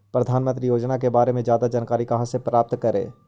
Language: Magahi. प्रधानमंत्री योजना के बारे में जादा जानकारी कहा से प्राप्त करे?